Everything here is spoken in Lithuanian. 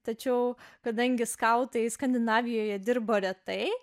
tačiau kadangi skautai skandinavijoje dirbo retai